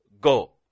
go